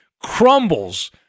crumbles